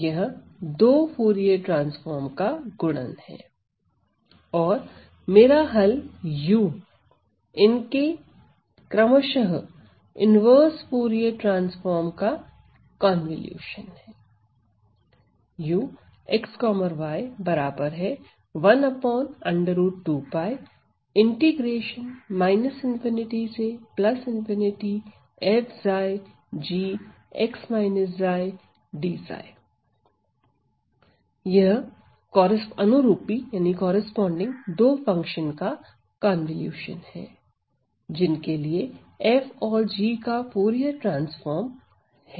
यह दो Fourier transform का गुणन है और मेरा हल u इनके क्रमशः इन्वर्स फूरिये ट्रांसफॉर्म का कॉनवॉल्यूशन है यह अनुरूपी दो फंक्शन का कॉनवॉल्यूशन है जिनके लिए F और G का फूरिये ट्रांसफॉर्म है